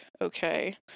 okay